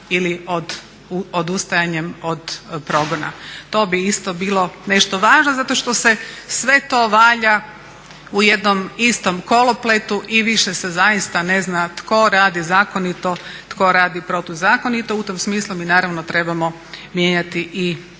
ili odustajanjem od progona. To bi isto bilo nešto važno zato što se sve to valja u jednom istom kolopletu i više se zaista ne zna tko radi zakonito, tko radi protuzakonito. U tom smislu mi naravno trebamo mijenjati i neke